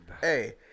Hey